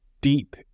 deep